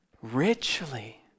richly